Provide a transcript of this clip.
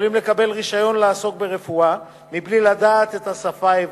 יכולים לקבל רשיון לעסוק ברפואה מבלי לדעת את השפה העברית.